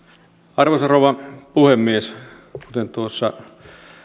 arvoisa rouva puhemies kuten tuossa